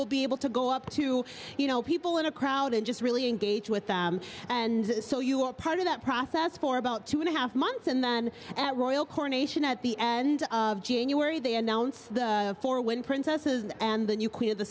will be able to go up to you know people in a crowd and just really engage with them and so you are part of that process for about two and a half months and then at royal coronation at the end of january they announce them for when princesses and